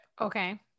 okay